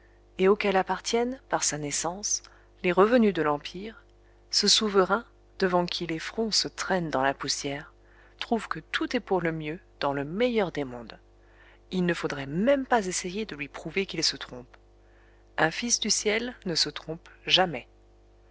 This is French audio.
et auquel appartiennent par sa naissance les revenus de l'empire ce souverain devant qui les fronts se traînent dans la poussière trouve que tout est pour le mieux dans le meilleur des mondes il ne faudrait même pas essayer de lui prouver qu'il se trompe un fils du ciel ne se trompe jamais